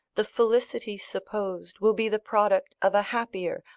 the felicity supposed will be the product of a happier,